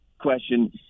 question